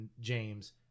James